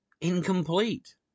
incomplete